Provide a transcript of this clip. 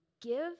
give